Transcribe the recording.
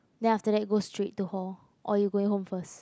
then after that go straight to hall or you going home first